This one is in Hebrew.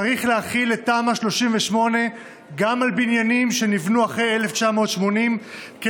צריך להחיל את תמ"א 38 גם על בניינים שנבנו אחרי 1980 כדי